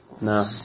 No